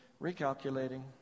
recalculating